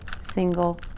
single